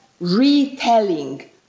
retelling